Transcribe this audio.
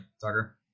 Tucker